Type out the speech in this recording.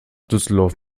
düsseldorf